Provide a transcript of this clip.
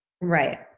Right